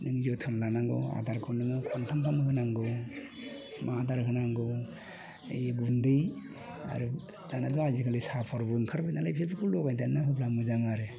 जोथोन लानांगौ आदारखौ खनथाम गाहाम होनांगौ आदार होनांगौ गुन्दै आरो दानाथ' आजिखालि साफरबो ओंखारबायनालाय बेफोरखौ होबाय मोजां आरो